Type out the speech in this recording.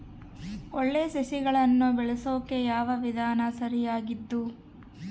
ಒಳ್ಳೆ ಸಸಿಗಳನ್ನು ಬೆಳೆಸೊಕೆ ಯಾವ ವಿಧಾನ ಸರಿಯಾಗಿದ್ದು?